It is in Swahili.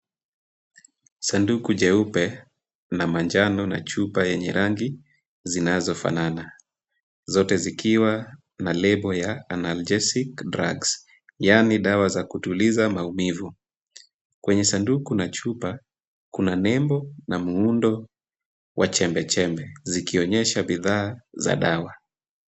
Sanduku jeupe na manjano na chupa yenye rangi zinazofanana zote zikiwa na lebo ya analgesic drugs, yaani dawa za kutuliza maumivu. Kwenye sanduku na chupa kuna nembo na muundo wa chembechembe zikionyesha bidhaa za dawa.